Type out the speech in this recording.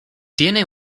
tiene